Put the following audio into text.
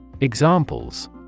Examples